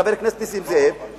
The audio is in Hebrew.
חבר הכנסת נסים זאב,